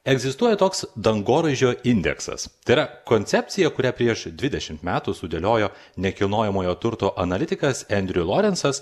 egzistuoja toks dangoraižio indeksas tai yra koncepcija kurią prieš dvidešimt metų sudėliojo nekilnojamojo turto analitikas endriu lorencas